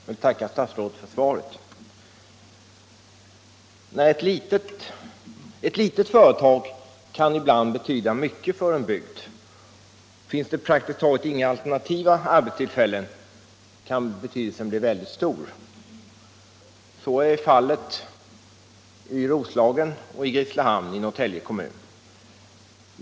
Herr talman! Jag vill tacka statsrådet för svaret. Ett litet företag kan ibland betyda mycket för en bygd. Finns det praktiskt taget inga alternativa arbetstillfällen kan betydelsen bli väldigt stor. Så är fallet i Roslagen och i Grisslehamn i Norrtälje kommun.